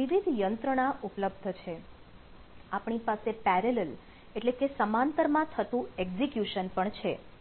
વિવિધ યંત્રણા ઉપલબ્ધ છે આપણી પાસે પેરેલલ એટલે કે સમાંતર માં થતું એક્ઝીક્યુશન પણ છે